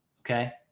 okay